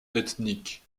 ethnique